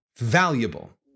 valuable